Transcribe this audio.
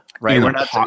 right